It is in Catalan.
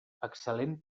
excel·lent